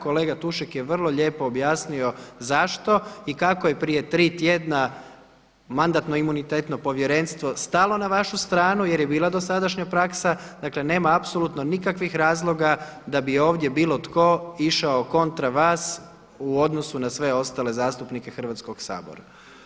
Kolega Tušek je vrlo lijepo objasnio zašto i kako je prije tri tjedna Mandatno-imunitetno povjerenstvo stalo na vašu stranu jer je bila dosadašnja praksa, dakle nema apsolutno nikakvih razloga da bio ovdje bilo tko išao kontra vas u odnosu na sve ostale zastupnike Hrvatskog sabora.